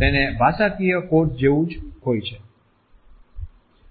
તે ભાષાકિય કોડ્સ જેવું જ હોય છે